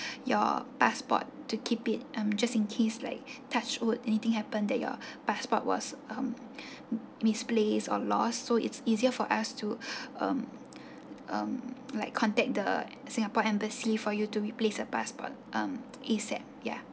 your passport to keep it um just in case like touch wood anything happen that your passport was um misplaced or lost so it's easier for us to um um like contact the singapore embassy for you to replace a passport um ASAP ya